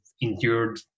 endured